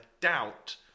doubt